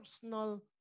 personal